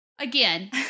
Again